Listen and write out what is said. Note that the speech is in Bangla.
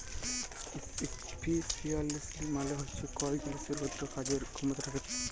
ইফিসিয়ালসি মালে হচ্যে কল জিলিসের কতট কাজের খ্যামতা থ্যাকে